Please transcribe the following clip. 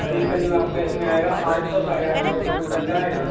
करीब करीब आपका इसमें आएगा आठ सौ साढ़े आठ सौ रुपए का खर्चा आएगा